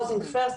האוסינג פירסט.